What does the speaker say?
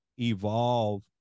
evolve